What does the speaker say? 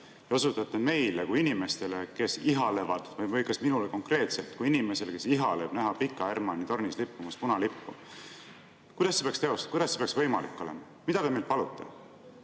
ja osutate meile kui inimestele, kes ihalevad, või minule konkreetselt kui inimesele, kes ihaleb näha Pika Hermanni tornis lehvimas punalippu? Kuidas see peaks teostuma, kuidas see peaks võimalik olema? Mida te meilt palute?